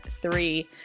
three